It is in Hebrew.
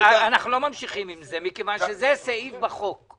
אנחנו לא ממשיכים עם זה, מכיוון שזה סעיף בחוק.